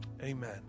Amen